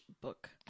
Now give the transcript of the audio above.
book